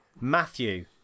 Matthew